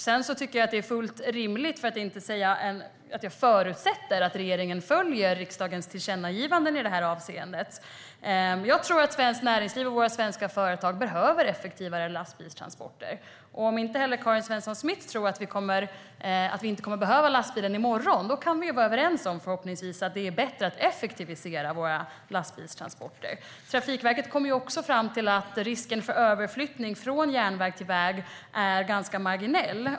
Sedan tycker jag att det är fullt rimligt - eller rättare sagt: jag förutsätter - att regeringen följer riksdagens tillkännagivanden i det här avseendet. Jag tror att svenskt näringsliv och våra svenska företag behöver effektivare lastbilstransporter. Om inte heller Karin Svensson Smith tror att vi kan avvara lastbilen i morgon hoppas jag att vi kan vara överens om att det är bättre att effektivisera våra lastbilstransporter. Trafikverket kom också fram till att risken för överflyttning från järnväg till väg är ganska marginell.